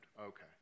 Okay